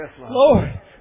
Lord